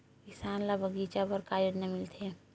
किसान ल बगीचा बर का योजना मिलथे?